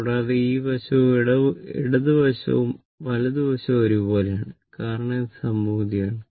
കൂടാതെ ഈ വശവും ഇടത് വശവും വലതു വശവും ഒരുപോലെയാണ് കാരണം ഇത് സമമിതിയാണ്